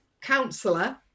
councillor